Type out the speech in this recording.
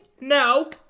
No